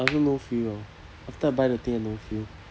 I also no feel liao after I buy the thing I no feel